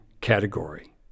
category